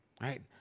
right